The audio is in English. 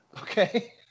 Okay